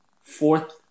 fourth